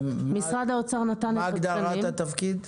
משרד האוצר נתן את התקנים --- מה הגדרת התפקיד?